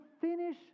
finish